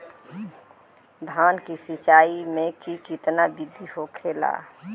धान की सिंचाई की कितना बिदी होखेला?